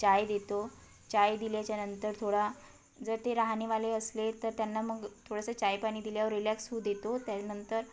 चाय देतो चाय दिल्याच्यानंतर थोडा जर ते राहनेवाले असले तर त्यांना मग थोडंसं चाय पाणी दिल्यावर रिलॅक्स होऊ देतो त्यानंतर